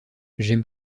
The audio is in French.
j’aime